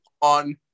on